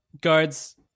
guards